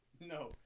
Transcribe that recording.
No